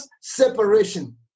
separation